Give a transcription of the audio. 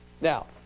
Now